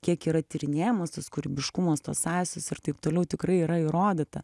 kiek yra tyrinėjamas tas kūrybiškumas tos sąsajos ir taip toliau tikrai yra įrodyta